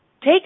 take